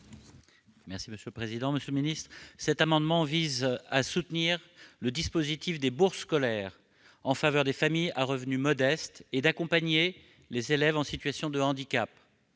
: La parole est à M. Damien Regnard. Cet amendement vise à soutenir le dispositif des bourses scolaires en faveur des familles à revenus modestes et à accompagner les élèves en situation de handicap.